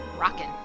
Rockin